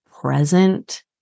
present